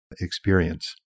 experience